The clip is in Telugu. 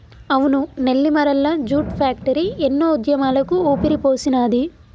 అవును నెల్లిమరల్ల జూట్ ఫ్యాక్టరీ ఎన్నో ఉద్యమాలకు ఊపిరిపోసినాది